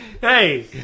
hey